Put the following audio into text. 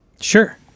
Sure